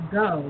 go